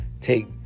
take